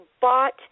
bought